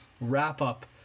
wrap-up